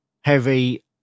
heavy